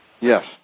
Yes